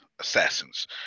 Assassins